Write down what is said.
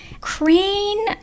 Crane